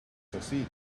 succeed